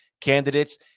candidates